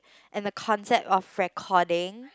and a concept of recording